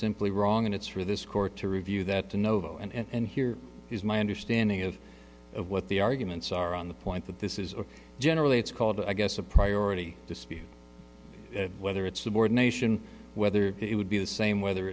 simply wrong and it's for this court to review that to know and here is my understanding of what the arguments are on the point that this is generally it's called a i guess a priority dispute whether it's subordination whether it would be the same whether